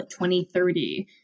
2030